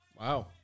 Wow